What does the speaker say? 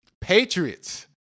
Patriots